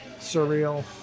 surreal